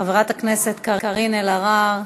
חברת הכנסת קארין אלהרר,